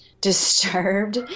disturbed